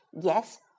Yes